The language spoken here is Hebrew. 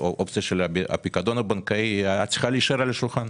הפיקדון הבנקאי צריכה להישאר על השולחן.